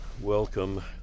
Welcome